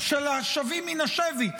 של השבים מן השבי,